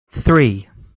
three